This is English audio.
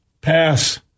pass